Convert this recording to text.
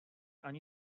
ani